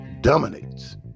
dominates